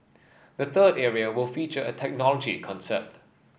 the third area will feature a technology concept